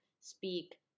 speak